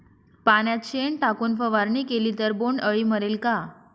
पाण्यात शेण टाकून फवारणी केली तर बोंडअळी मरेल का?